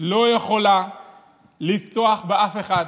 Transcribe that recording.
לא יכולה לבטוח באף אחד,